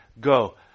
go